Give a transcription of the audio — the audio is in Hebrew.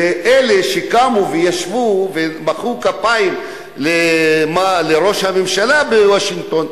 אלה שקמו וישבו ומחאו כפיים לראש הממשלה בוושינגטון,